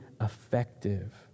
effective